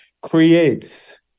creates